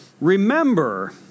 remember